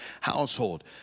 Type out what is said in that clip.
household